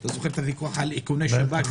אתה זוכר את הוויכוח על איכוני שב"כ?